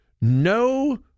no